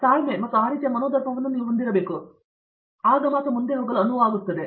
ಆ ತಾಳ್ಮೆ ಮತ್ತು ಆ ರೀತಿಯ ಮನೋಧರ್ಮವನ್ನು ನೀವು ಹೊಂದಿರಬೇಕು ಅದು ಮುಂದೆ ಹೋಗಲು ಅನುವು ಮಾಡಿಕೊಡುತ್ತದೆ